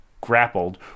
grappled